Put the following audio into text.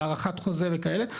הארכת חוזה וכאלה,